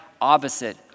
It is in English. opposite